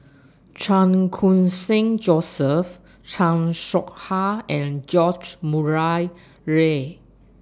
Chan Khun Sing Joseph Chan Soh Ha and George Murray Reith